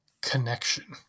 connection